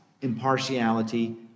impartiality